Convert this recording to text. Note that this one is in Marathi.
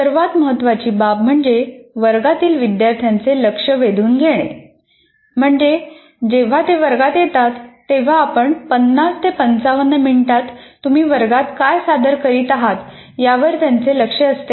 सर्वात महत्वाची बाब म्हणजे वर्गातील विद्यार्थ्यांचे लक्ष वेधून घेणे म्हणजे जेव्हा ते वर्गात येतात तेव्हा आपण 5० 55 मिनिटात तुम्ही वर्गात काय सादर करीत आहात यावर त्यांचे लक्ष असते का